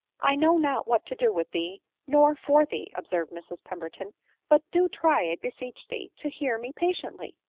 i know not what to do with thee nor for thee, observed mrs pemberton but do try, i beseech thee, to hear me patiently!